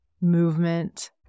movement